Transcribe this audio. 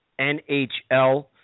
NHL